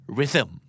Rhythm